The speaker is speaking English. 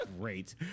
great